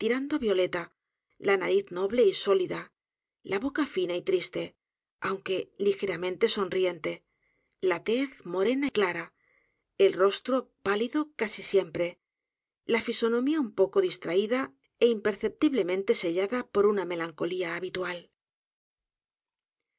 á violeta la nariz noble y sólida la boca fina y triste aunque l i g e r a m e n t e sonriente la tez morena clara el rostro pálido casi siempre la fisonomía un poco distraída é imperceptiblemente sellada por una melancolía habitual